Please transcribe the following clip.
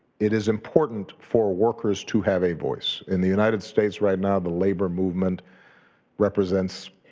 it is important for workers to have a voice. in the united states right now, the labor movement represents